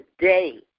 today